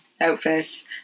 outfits